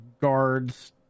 guards